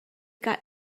got